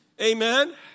Amen